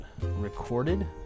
recorded